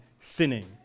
sinning